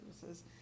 services